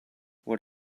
what